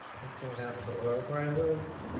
whats going to happen to oil prices